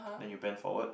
then you bend forward